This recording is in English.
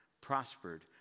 prospered